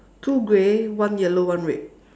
two grey one yellow one red